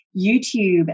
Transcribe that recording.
YouTube